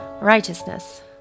Righteousness